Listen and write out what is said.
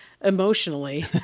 emotionally